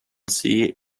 sea